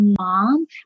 mom